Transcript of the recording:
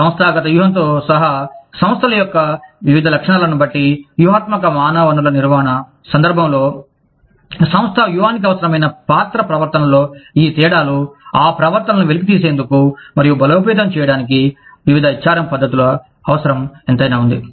సంస్థాగత వ్యూహంతో సహా సంస్థల యొక్క వివిధ లక్షణాలను బట్టి వ్యూహాత్మక మానవ వనరుల నిర్వహణ సందర్భంలో సంస్థ వ్యూహానికి అవసరమైన పాత్ర ప్రవర్తనలలో ఈ తేడాలు ఆ ప్రవర్తనలను వెలికితీసేందుకు మరియు బలోపేతం చేయడానికి వివిధ HRM పద్ధతులు అవసరం ఎంతైనా వుంది